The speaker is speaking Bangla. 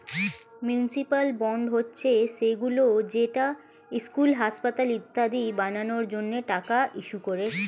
মিউনিসিপ্যাল বন্ড হচ্ছে সেইগুলো যেটা স্কুল, হাসপাতাল ইত্যাদি বানানোর জন্য টাকা ইস্যু করে